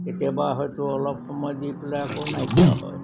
কেতিয়াবা হয়তো অলপ সময় দি পেলাই আকৌ নাইকিয়া হয়